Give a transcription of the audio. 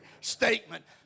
statement